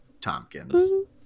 Tompkins